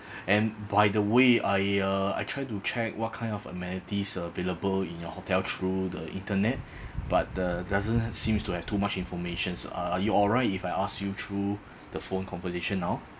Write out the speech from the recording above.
and by the way I uh I try to check what kind of amenities available in your hotel through the internet but uh doesn't seems to have too much information are you alright if I ask you through the phone conversation now